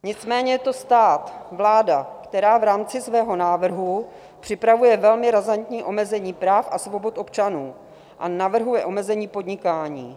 Nicméně je to stát, vláda, která v rámci svého návrhu připravuje velmi razantní omezení práv a svobod občanů a navrhuje omezení podnikání.